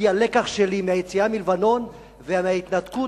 היא הלקח שלי מהיציאה מלבנון ומההתנתקות.